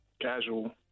casual